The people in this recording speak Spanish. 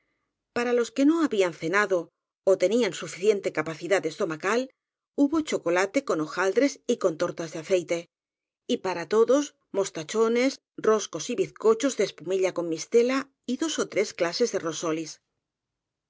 para los que no habían cenado ó tenían suficiente capacidad estomacal hubo chocolate con hojaldres y con tortas de aceite y para todos mostachones roscos y bizcochos de espumilla con mistela y dos ó tres clases de rosolis